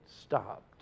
stopped